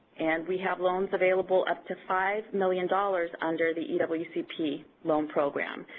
and we have loans available up to five million dollars under the and but ewcp loan program.